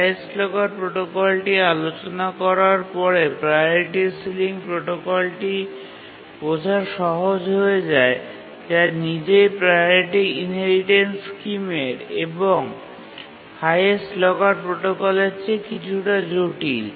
highest locker প্রোটোকলটি আলোচনা করার পরে প্রাওরিটি সিলিং প্রোটোকলটি বোঝা সহজ হয়ে যায় যা নিজেই প্রাওরিটি ইনহেরিটেন্স স্কিমের এবং হাইয়েস্ট লকার প্রোটোকলের চেয়ে কিছুটা জটিল